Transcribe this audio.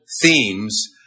themes